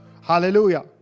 Hallelujah